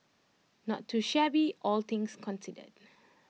not too shabby all things considered